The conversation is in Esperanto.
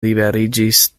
liberiĝis